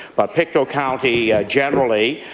but pictou county generally,